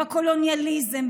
בקולוניאליזם,